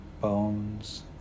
bones